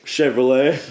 Chevrolet